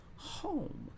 Home